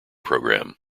program